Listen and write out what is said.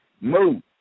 move